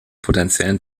potenziellen